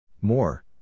More